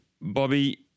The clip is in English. Bobby